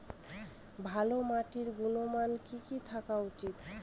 ভালো মাটির গুণমান কি কি থাকা উচিৎ?